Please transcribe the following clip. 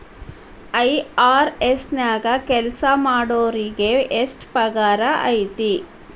IRS ನ್ಯಾಗ್ ಕೆಲ್ಸಾಮಾಡೊರಿಗೆ ಎಷ್ಟ್ ಪಗಾರ್ ಐತಿ?